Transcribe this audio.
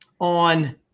on